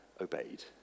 obeyed